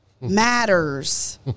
matters